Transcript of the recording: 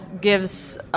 gives